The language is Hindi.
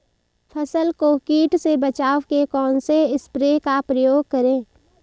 फसल को कीट से बचाव के कौनसे स्प्रे का प्रयोग करें?